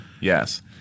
Yes